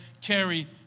Carry